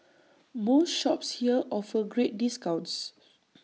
most shops here offer great discounts